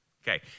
Okay